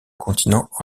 continent